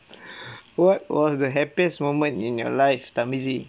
what was the happiest moment in your life